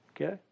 Okay